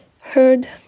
heard